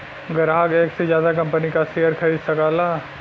ग्राहक एक से जादा कंपनी क शेयर खरीद सकला